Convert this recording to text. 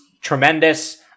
tremendous